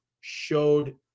showed